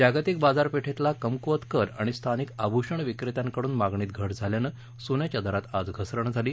जागतिक बाजारपेठेतला कमकुवत कल आणि स्थानिक आभूषण विक्रेत्यांकडून मागणीत घट झाल्यानं सोन्याच्या दरात आज घसरण झाली